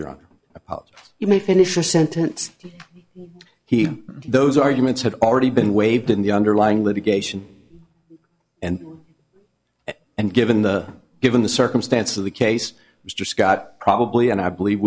you're on a you may finish a sentence he those arguments have already been waived in the underlying litigation and and given the given the circumstance of the case was just got probably and i believe